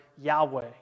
Yahweh